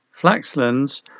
Flaxlands